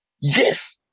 Yes